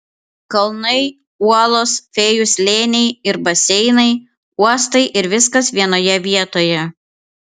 kalnai uolos fėjų slėniai ir baseinai uostai ir viskas vienoje vietoje